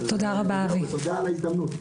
ותודה על ההזדמנות.